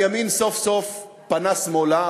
הימין סוף-סוף פנה שמאלה,